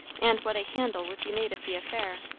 and what a handle would be made of the affair,